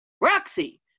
Roxy